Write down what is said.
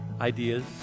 ideas